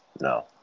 No